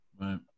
Right